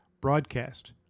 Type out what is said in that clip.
broadcast